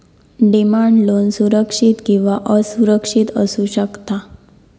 demand loan सुरक्षित किंवा असुरक्षित असू शकता